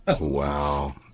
Wow